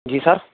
जी sir